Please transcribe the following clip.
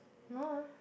no lah